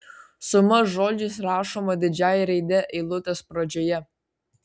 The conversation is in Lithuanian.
suma žodžiais rašoma didžiąja raide eilutės pradžioje